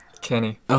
Kenny